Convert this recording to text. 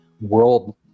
world